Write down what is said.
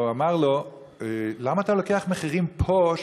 והוא אמר לו: למה אתה לוקח מחירים פה,